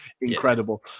incredible